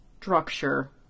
structure